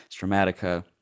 Stramatica